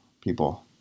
people